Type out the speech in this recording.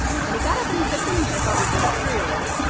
and he got up and he said something that i thought was really true,